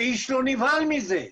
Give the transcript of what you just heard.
ואיש לא נבהל מזה,